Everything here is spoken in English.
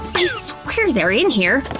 i swear they're in here,